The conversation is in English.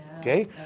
Okay